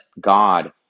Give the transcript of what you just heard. God